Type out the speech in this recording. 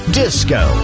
disco